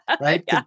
right